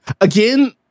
Again